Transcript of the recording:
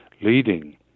leading